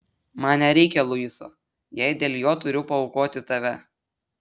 man nereikia luiso jei dėl jo turiu paaukoti tave